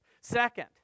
Second